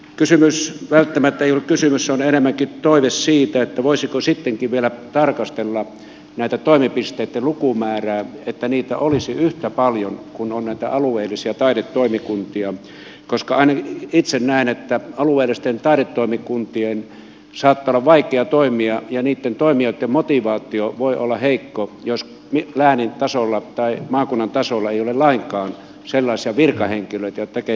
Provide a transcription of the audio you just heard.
kysymys välttämättä ei ole kysymys se on enemmänkin toive siitä voisiko sittenkin vielä tarkastella näiden toimipisteitten lukumäärää että niitä olisi yhtä paljon kuin on näitä alueellisia taidetoimikuntia koska ainakin itse näen että alueellisten taidetoimikuntien saattaa olla vaikea toimia ja niitten toimijoitten motivaatio voi olla heikko jos läänin tasolla tai maakunnan tasolla ei ole lainkaan sellaisia virkahenkilöitä jotka tekevät tätä arkityötä